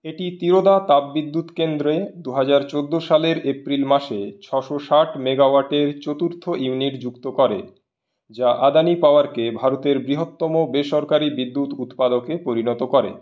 এটি তিয়োদা তাপবিদ্যুৎ কেন্দ্রে দুহাজার চৌদ্দো সালের এপ্রিল মাসে ছশো ষাট মেগাওয়াটের চতুর্থ ইউনিট যুক্ত করে যা আদানি পাওয়ারকে ভারতের বৃহত্তম বেসরকারি বিদ্যুৎ উৎপাদকে পরিণত করে